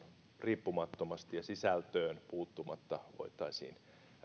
riippumattomasti ja sisältöön puuttumatta voitaisiin vastata